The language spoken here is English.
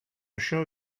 show